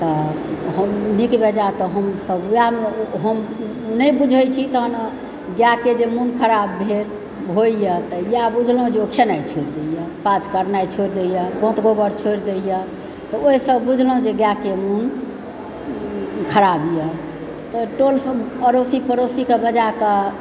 तऽ हम नीक बेजाए तऽ हमसब ओएहमे हम नहि बुझय छी तहन गायके जे मोन खराब भेल होइए तऽ इएह बुझलहुँ जे ओ खेनाइ छोड़ि दैया काउज करनाइ छोड़ि देैया गोत गोबर छोड़ि दैया तऽ ओहिसँ बुझलहुँ जे गायके मोन खराब यऽ तऽ टोल सब अड़ोसी पड़ोसीके बजाके